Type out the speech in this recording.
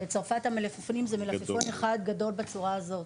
בצרפת זה מלפפון אחד גדול בצורה הזאת,